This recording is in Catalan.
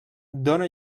dóna